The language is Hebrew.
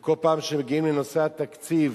וכל פעם שמגיעים לנושא התקציב,